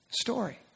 story